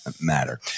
matter